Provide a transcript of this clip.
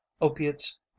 opiates